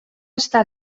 està